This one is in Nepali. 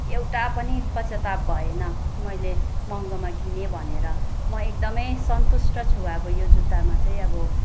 एउटा पनि पश्चताप भएन मैले महँगोमा किने भनेर म एकदम सन्तुष्ट छु अब यो जुत्तामा चाहिँ अब